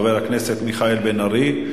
חבר הכנסת מיכאל בן-ארי,